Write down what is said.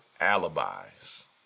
alibis